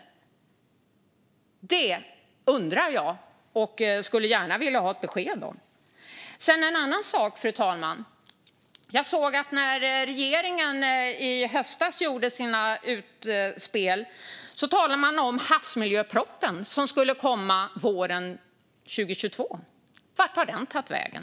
Det undrar jag och skulle gärna vilja ha ett besked om. En annan sak, fru talman, är att jag såg att när regeringen i höstas gjorde sina utspel talade man om havsmiljöpropositionen som skulle komma våren 2022. Vart har den tagit vägen?